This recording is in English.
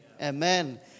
Amen